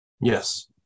Yes